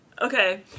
Okay